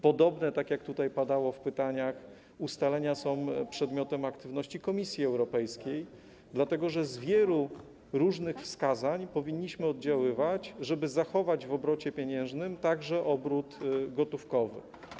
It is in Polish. Podobne, tak jak tutaj padało w pytaniach, ustalenia są przedmiotem aktywności Komisji Europejskiej, dlatego że z wielu różnych wskazań powinniśmy oddziaływać, żeby zachować w obrocie pieniężnym także obrót gotówkowy.